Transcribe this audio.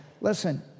Listen